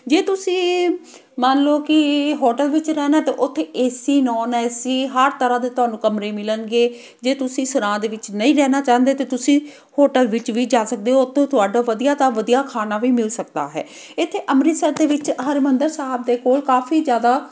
ਜੇ ਤੁਸੀਂ ਮੰਨ ਲਓ ਕਿ ਹੋਟਲ ਵਿੱਚ ਰਹਿਣਾ ਤਾਂ ਉੱਥੇ A C non A C ਹਰ ਤਰ੍ਹਾਂ ਦੇ ਤੁਹਾਨੂੰ ਕਮਰੇ ਮਿਲਣਗੇ ਜੇ ਤੁਸੀਂ ਸਰਾਂ ਦੇ ਵਿੱਚ ਨਹੀਂ ਰਹਿਣਾ ਚਾਹੁੰਦੇ ਤਾਂ ਤੁਸੀਂ ਹੋਟਲ ਵਿੱਚ ਵੀ ਜਾ ਸਕਦੇ ਹੋ ਉਤੋਂ ਤੁਹਾਡਾ ਵਧੀਆ ਤਾਂ ਵਧੀਆ ਖਾਣਾ ਵੀ ਮਿਲ ਸਕਦਾ ਹੈ ਇੱਥੇ ਅੰਮ੍ਰਿਤਸਰ ਦੇ ਵਿੱਚ ਹਰਿਮੰਦਰ ਸਾਹਿਬ ਦੇ ਕੋਲ ਕਾਫ਼ੀ ਜ਼ਿਆਦਾ